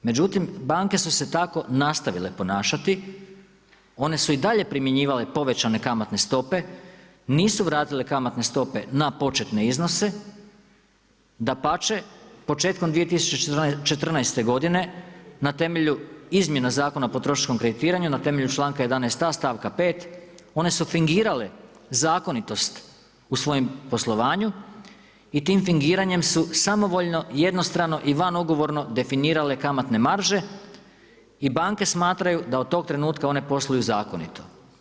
Međutim, banke su se tako nastavile ponašati, one su i dalje primjenjivale povećane kamatne stope, nisu vratile kamatne stope na početne iznose, dapače, početkom 2014. godine na temelju izmjena Zakona o potrošačkom kreditiranja na temelju članka 11.a. stavka 5. one su fingirale zakonitost u svojem poslovanju i tim fingiranjem su samovoljno, jednostrano i van ugovorno definirale kamatne marže i banke smatraju da od tog trenutka one posluju zakonito.